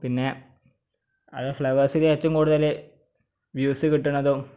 പിന്നെ അത് ഫ്ലവേഴ്സിൽ ഏറ്റവും കൂടുതൽ വ്യൂസ് കിട്ടുന്നതും